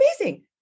amazing